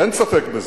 אין ספק בזה.